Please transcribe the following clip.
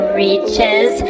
reaches